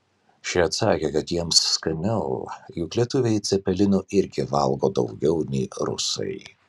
ši atsakė kad jiems skaniau juk lietuviai cepelinų irgi valgo daugiau nei rusai